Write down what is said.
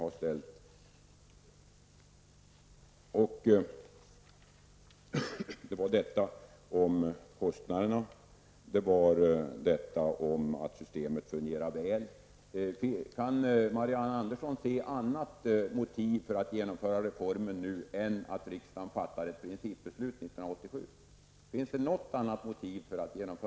Dessa andra frågor gällde bl.a. kostnaderna och om det nya systemet kommer att fungera väl. Kan Marianne Andersson finna andra motiv för reformens genomförande än att riksdagen fattade ett principbeslut därom 1987?